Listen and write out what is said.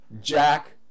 Jack